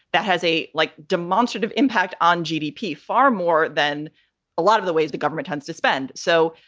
that has a like demonstrative impact on gdp far more than a lot of the ways the government tends to spend. so,